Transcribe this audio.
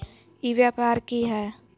ई व्यापार की हाय?